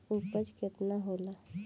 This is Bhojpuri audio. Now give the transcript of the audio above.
उपज केतना होला?